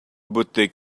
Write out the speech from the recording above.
birthday